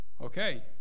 Okay